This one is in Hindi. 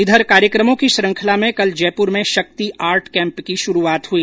इधर कार्यक्रमों की श्रृंखला मे कल जयपुर में शक्ति आर्ट कैम्प की शुरूआत हुई